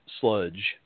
sludge